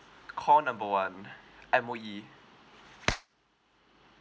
call number one M_O_E